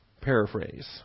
paraphrase